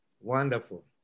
Wonderful